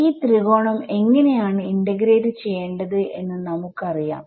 ഈ ത്രികോണം എങ്ങനെ ആണ് ഇന്റഗ്രേറ്റ് ചെയ്യേണ്ടത് എന്ന് നമുക്ക് അറിയാം